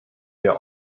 ihr